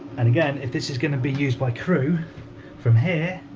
and again if this is going to be used by crew from here